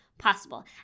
Possible